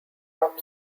top